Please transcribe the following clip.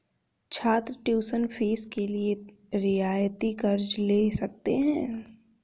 छात्र tuition fees के लिए रियायती कर्ज़ ले सकते हैं